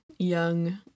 Young